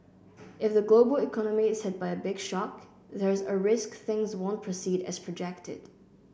if the global economy is hit by a big shock there's a risk things won't proceed as projected